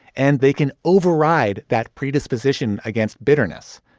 and they can override that predisposition against bitterness.